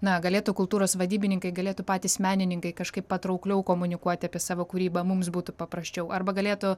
na galėtų kultūros vadybininkai galėtų patys menininkai kažkaip patraukliau komunikuoti apie savo kūrybą mums būtų paprasčiau arba galėtų